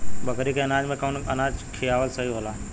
बकरी के अनाज में कवन अनाज खियावल सही होला?